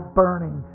burning